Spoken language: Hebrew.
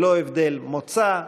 ללא הבדל מוצא,